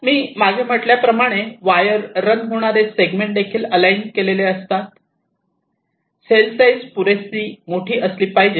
मी मागे म्हटल्याप्रमाणे wire run होणारे सेगमेंट देखील अलाइन केलेले असतात सेल साईज पुरेशी मोठी असली पाहिजे